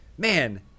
Man